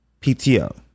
pto